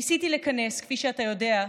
ניסיתי לכנס, כפי שאתה יודע,